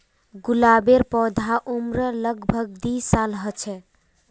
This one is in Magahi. गुलाबेर पौधार उम्र लग भग दी साल ह छे